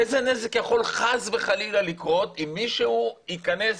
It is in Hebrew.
איזה נזק יכול חס וחלילה לקרות אם מישהו ייכנס